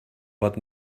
but